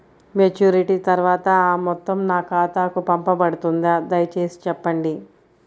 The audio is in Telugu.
మెచ్యూరిటీ తర్వాత ఆ మొత్తం నా ఖాతాకు పంపబడుతుందా? దయచేసి చెప్పండి?